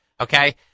okay